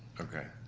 okay.